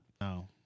No